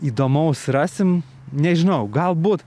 įdomaus rasim nežinau galbūt